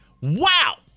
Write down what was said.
Wow